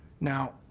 now,